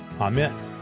Amen